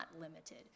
limited